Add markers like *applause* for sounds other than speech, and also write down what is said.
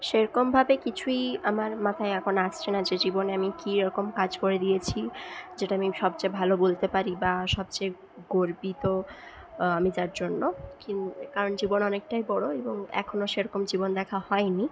সে রকমভাবে কিছুই আমার মাথায় এখন আসছে না যে জীবনে আমি কী এ রকম কাজ করে দিয়েছি যেটা আমি সবচেয়ে ভালো বলতে পারি বা সবচেয়ে গর্বিত আমি যার জন্য *unintelligible* কারণ জীবন অনেকটাই বড় এবং এখনও সে রকম জীবন দেখা হয়নি